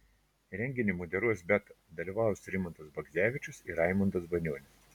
renginį moderuos beata dalyvaus rimantas bagdzevičius ir raimundas banionis